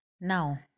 Now